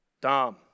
Dom